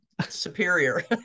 superior